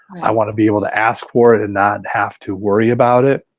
i want to be able to ask for it and not have to worry about it.